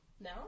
No